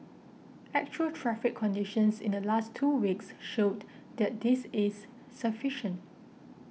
actual traffic conditions in the last two weeks showed that this is sufficient